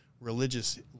religious